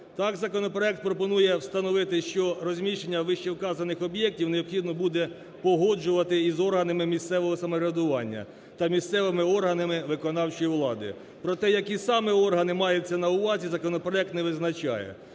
Так законопроект пропонує встановити, що розміщення вище вказаних об'єктів необхідно буде погоджувати із органами місцевого самоврядування та місцевими органами виконавчої влади. Про те, які саме органи маються на увазі законопроект не визначає?